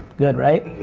good, right? yeah.